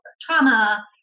trauma